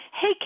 hey